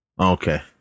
Okay